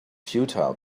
futile